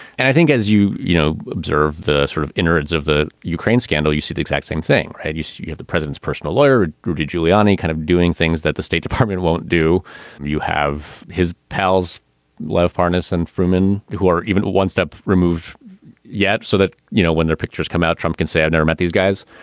and i think as you, you know, observe the sort of innards of the ukraine scandal, you see the exact same thing and you see the president's personal lawyer, rudy giuliani, kind of doing things that the state department won't do you have his pals love partisan freeman, who are even one step removed yet so that, you know, when their pictures come out, trump can say, i've never met these guys.